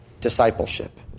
discipleship